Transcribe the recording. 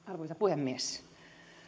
arvoisa puhemies